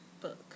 book